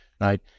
right